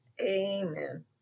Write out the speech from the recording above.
amen